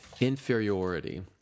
inferiority